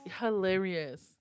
Hilarious